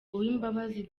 uwimbabazi